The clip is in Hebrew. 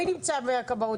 מי נמצא מהכבאות,